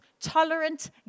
tolerant